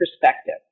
perspective